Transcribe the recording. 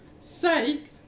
sake